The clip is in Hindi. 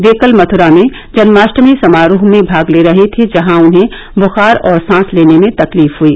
वे कल मथुरा में जन्माष्टमी समारोह में भाग ले रहे थे जहां उन्हें बुखार और सांस लेने में तकलीफ हुई